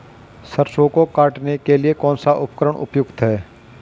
सरसों को काटने के लिये कौन सा उपकरण उपयुक्त है?